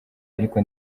ariko